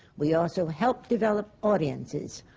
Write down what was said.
we also help develop audiences.